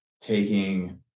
taking